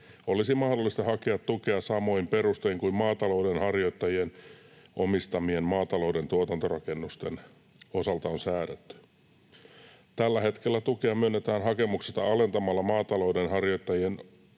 olisi mahdollista hakea tukea samoin perustein kuin maatalouden harjoittajien omistamien maatalouden tuotantorakennusten osalta on säädetty. Tällä hetkellä tukea myönnetään hakemuksesta alentamalla maatalouden harjoittajan omistamista